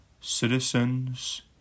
citizens